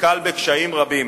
נתקל בקשיים רבים